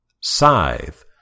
Scythe